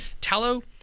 tallow